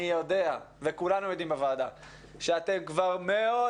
אני יודע וכולנו בוועדה יודעים שאתם כבר מאוד